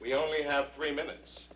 we only have three minutes